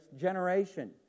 generation